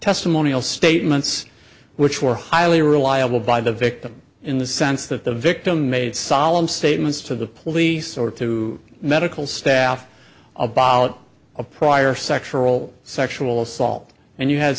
testimonial statements which were highly reliable by the victim in the sense that the victim made solemn statements to the police or through medical staff of a prior sexual sexual assault and you ha